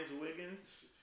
Wiggins